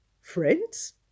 Friends